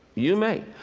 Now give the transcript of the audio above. you may.